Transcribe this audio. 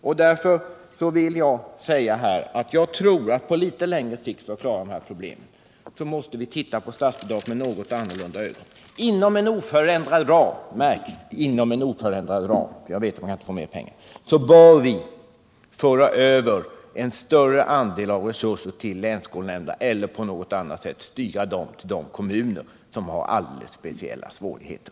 Jag tror därför att vi för att klara problemen på litet längre sikt måste se på statsbidraget på ett något annorlunda sätt. Inom en oförändrad ram — märk väl inom en oförändrad ram; jag vet att man inte kan få mer pengar — bör vi föra över en större andel av resurserna till länsskolnämnderna eller på något annat sätt styra resurserna till de kommuner som har alldeles” speciella svårigheter.